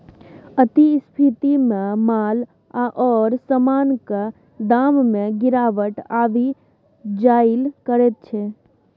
अति स्फीतीमे माल आओर समानक दाममे गिरावट आबि जाएल करैत छै